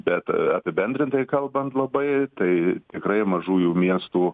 bet apibendrintai kalbant labai tai tikrai mažųjų miestų